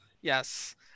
yes